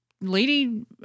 lady